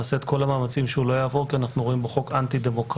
נעשה את כל המאמצים שהוא לא יעבור כי אנחנו רואים בו חוק אנטי דמוקרטי,